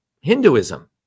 Hinduism